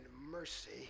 mercy